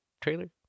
trailer